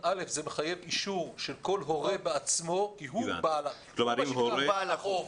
זה מחייב אישור של כל הורה בעצמו כי הוא בעל החוב.